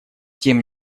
тем